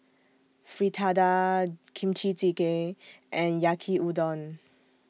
Fritada Kimchi Jjigae and Yaki Udon